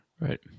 Right